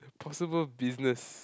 possible business